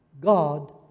God